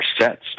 sets